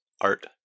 art